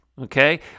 Okay